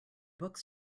books